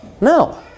No